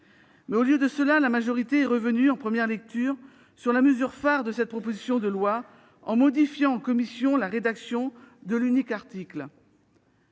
Au lieu de cela, la majorité est revenue, en première lecture, sur la mesure phare de cette proposition de loi, en modifiant en commission la rédaction de l'unique article.